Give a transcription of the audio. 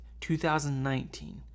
2019